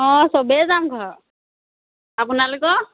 অঁ চবেই যাম ঘৰৰ আপোনালোকৰ